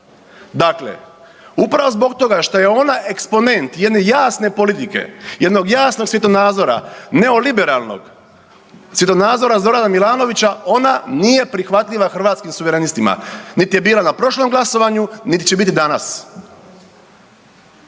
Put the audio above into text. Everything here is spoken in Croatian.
Dakle, upravo zbog toga što je ona eksponent jedne jasne politike, jednog jasnog svjetonazora neoliberalnog, svjetonazora Zorana Milanovića ona nije prihvatljiva Hrvatskim suverenistima, niti je bila na prošlom glasovanju niti će biti danas